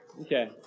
Okay